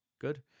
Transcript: good